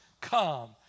come